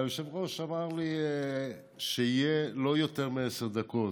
והיושב-ראש אמר לי שיהיה לא יותר מעשר דקות.